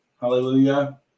hallelujah